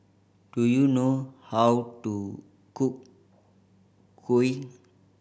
do you know how to cook kuih